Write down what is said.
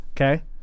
Okay